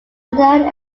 known